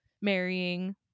marrying